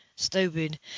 Stupid